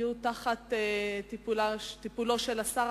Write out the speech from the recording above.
יהיו בטיפולו של השר